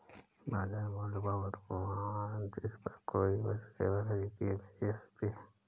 बाजार मूल्य वह वर्तमान जिस पर कोई वस्तु सेवा खरीदी या बेची जा सकती है